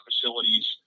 facilities